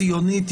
ציונית,